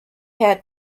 had